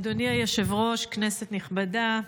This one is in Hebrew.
אדוני היושב-ראש, כנסת נכבדה,